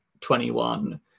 21